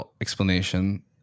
explanation